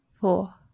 four